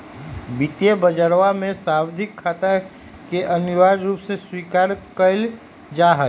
वित्तीय बजरवा में सावधि खाता के अनिवार्य रूप से स्वीकार कइल जाहई